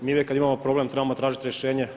Mi uvijek kad imamo problem trebamo tražiti rješenje.